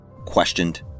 questioned